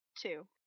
two